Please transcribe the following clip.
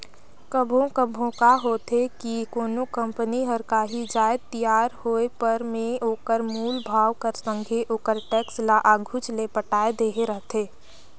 कभों कभों का होथे कि कोनो कंपनी हर कांही जाएत तियार होय पर में ओकर मूल भाव कर संघे ओकर टेक्स ल आघुच ले पटाए देहे रहथे